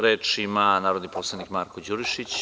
Reč ima narodni poslanik Marko Đurišić.